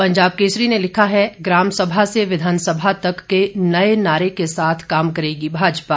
पंजाब केसरी ने लिखा है ग्राम सभा से विधानसभा तक के नए नारे के साथ काम करेगी भाजपा